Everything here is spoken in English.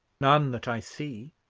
none that i see.